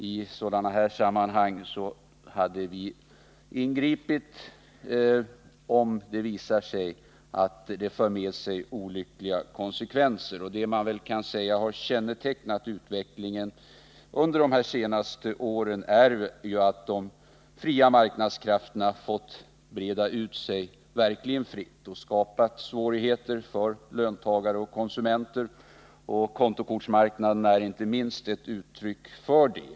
I sådana här sammanhang hade vi ingripit, om det visat sig att korten förde med sig olyckliga konsekvenser. Det som man kan säga har kännetecknat utvecklingen under de senaste åren är väl att de fria marknadskrafterna fått breda ut sig verkligt fritt och skapa svårigheter för löntagare och konsumenter. Kontokortsmarknaden är inte minst ett uttryck för det.